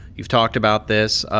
you've talked about this.